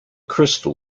crystal